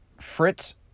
Fritz